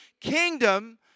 kingdom